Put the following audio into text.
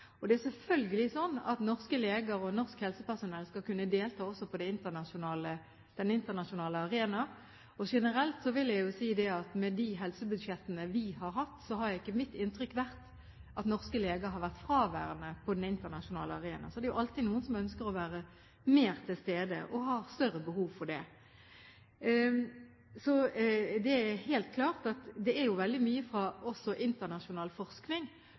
Det er selvfølgelig sånn at norske leger og norsk helsepersonell skal kunne delta også på den internasjonale arena. Generelt vil jeg si: Med de helsebudsjettene vi har hatt, har ikke mitt inntrykk vært at norske leger har vært fraværende på den internasjonale arena. Så er det jo alltid noen som ønsker å være mer til stede, og som har større behov for det. Det er helt klart også ut fra internasjonal forskning, at